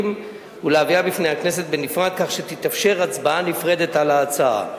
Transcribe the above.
ולהביאה בפני הכנסת בנפרד כך שתתאפשר הצבעה נפרדת על ההצעה.